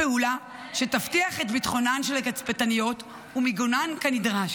פעולה שתבטיח את ביטחונן של התצפיתניות ומיגונן כנדרש.